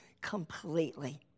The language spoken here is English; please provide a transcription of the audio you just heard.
completely